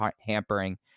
Hampering